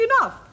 enough